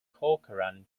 corcoran